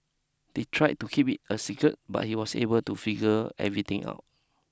they tried to keep it a secret but he was able to figure everything out